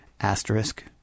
asterisk